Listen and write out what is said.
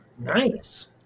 nice